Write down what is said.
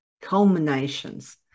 culminations